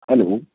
hello